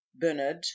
Bernard